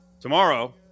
tomorrow